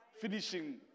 finishing